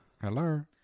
Hello